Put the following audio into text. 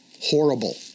horrible